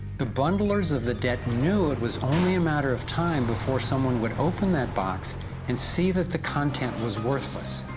the bundlers of the dept knew it was only a matter of time, before someone would open that box and see that the content was worthless,